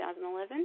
2011